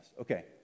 Okay